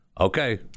okay